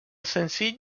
senzill